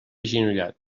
agenollat